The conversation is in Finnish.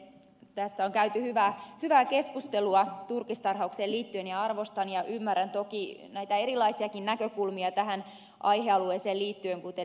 tässä on käyty hyvää keskustelua turkistarhaukseen liittyen ja arvostan ja ymmärrän toki näitä erilaisiakin näkökulmia tähän aihealueeseen liittyen kuten esimerkiksi ed